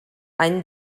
any